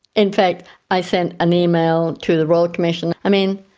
in fact i sent an email to the royal commission. i mean,